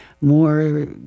more